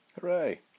Hooray